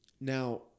Now